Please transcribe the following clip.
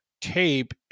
tape